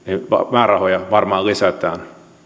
määrärahoja varmaan lisätään